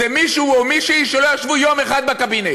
זה מישהו או מישהי שלא ישבו יום אחד בקבינט?